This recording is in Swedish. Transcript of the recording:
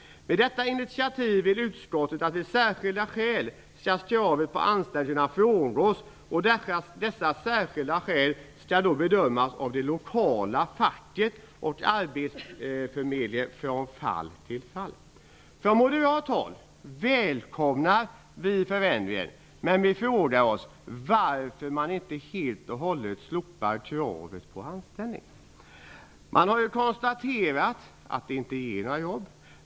Med detta initiativ vill utskottet att kravet på särskilda skäl vid anställning skall frångås, och dessa särskilda skäl skall då bedömas av det lokala facket och arbetsförmedlingen från fall till fall. Från moderat håll välkomnar vi förändringen. Men vi frågar oss varför man inte helt och hållet slopar kravet på anställning. Man har ju konstaterat att det inte ger några jobb.